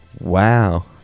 Wow